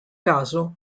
caso